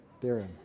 Darren